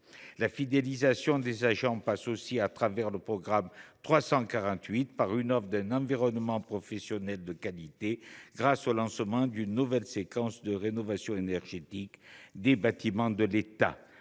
La fidélisation des agents passe aussi, au travers du programme 348, par une offre d’un environnement professionnel de qualité, grâce au lancement d’une nouvelle séquence de rénovation énergétique des bâtiments de l’État.